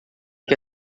que